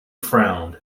frowned